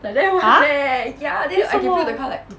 !huh! 为什么